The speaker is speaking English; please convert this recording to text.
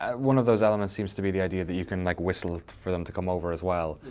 one of those elements seems to be the idea that you can like whistle for them to come over, as well,